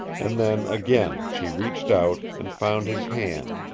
and then again she reached out, and found his hand,